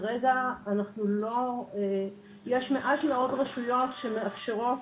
כרגע יש מעט מאוד שמאפשרות,